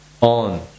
on